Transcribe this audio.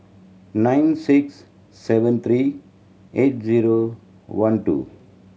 nine six seven three eight zero one two